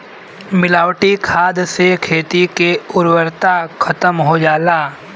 मिलावटी खाद से खेती के उर्वरता खतम हो जाला